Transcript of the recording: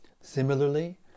Similarly